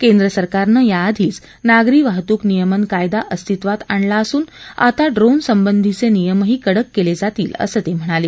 केंद्रसरकारनं याआधीच नागरी वाहतूक नियमन कायदा अस्तित्वात आणला असून आता ड्रोनसंबधीचे नियमही कडक केले जातील असं ते म्हणाले